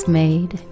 made